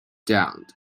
downed